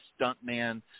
stuntman